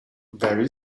very